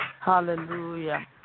Hallelujah